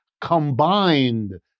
combined